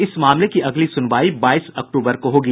इस मामले की अगली सुनवाई बाईस अक्टूबर को होगी